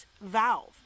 valve